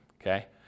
Okay